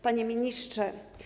Panie Ministrze!